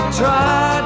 try